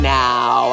now